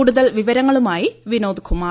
കൂടുതൽ വിവരങ്ങളുമായി വിനോദ് കുമാർ